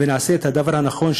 ונעשה את הדבר הנכון,